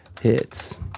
Hits